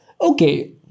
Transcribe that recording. okay